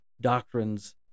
doctrines